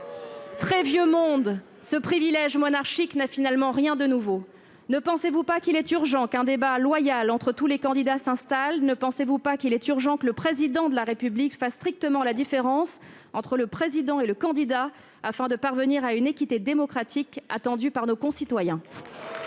du vieux monde, ce privilège monarchique n'a finalement rien de nouveau ... Ne pensez-vous pas qu'il est urgent qu'un débat loyal entre tous les candidats s'installe ? Ne pensez-vous pas qu'il est urgent que le Président de la République fasse strictement la différence entre le président et le candidat, afin de parvenir à une équité démocratique attendue par nos concitoyens ?